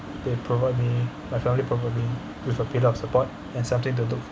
they provide me my family provide me with a bit of support and something to